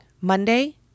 Monday